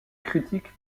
critique